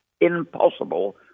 impossible